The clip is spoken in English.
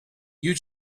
you